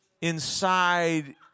inside